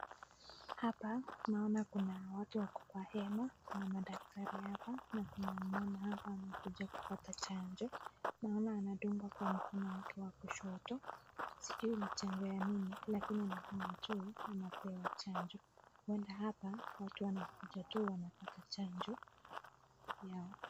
hapa naona kunawatu wako kwa hema kuna madakitari hapa na kuna mama hapa amekuja kupata chanjo naona anandungwa kwa mikono wake wa kushoto sijui ni chanjo ya nini lakini naona tu anapewa chanjo, uwenda hapa watu wanakuja tu wanapata chanjo yao